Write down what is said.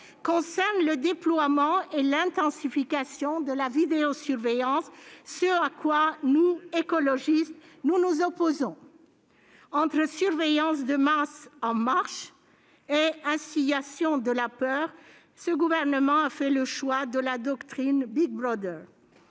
concernent le déploiement et l'intensification de la vidéosurveillance, ce à quoi nous, écologistes, nous opposons. Entre surveillance de masse « en marche » et instillation de la peur, ce gouvernement a fait le choix de la doctrine Big Brother.